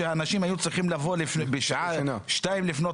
שאנשים היו צריכים לבוא בשעה 2:00 לפנות